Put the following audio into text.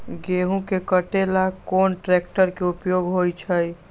गेंहू के कटे ला कोंन ट्रेक्टर के उपयोग होइ छई?